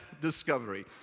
discovery